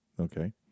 Okay